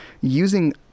using